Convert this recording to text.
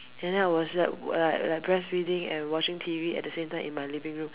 then I was at breastfeeding and watching T_V at the same time in my living room